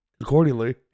accordingly